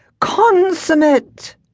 Consummate